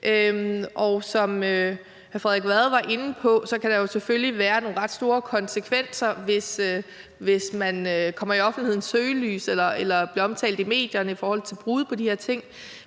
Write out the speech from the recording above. Som hr. Frederik Vad var inde på, kan der jo selvfølgelig være nogle ret store konsekvenser, hvis man kommer i offentlighedens søgelys eller bliver omtalt i medierne i forhold til brud på de her ting.